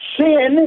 Sin